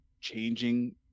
changing